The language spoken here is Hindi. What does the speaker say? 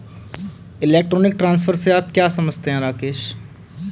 इलेक्ट्रॉनिक ट्रांसफर से आप क्या समझते हैं, राकेश?